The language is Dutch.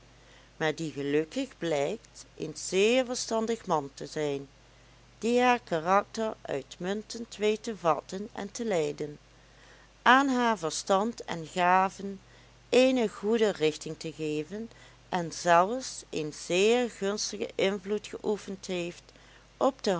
maar die gelukkig blijkt een zeer verstandig man te zijn die haar karakter uitmuntend weet te vatten en te leiden aan haar verstand en gaven eene goede richting te geven en zelfs een zeer gunstigen invloed geoefend heeft op de